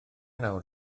nawr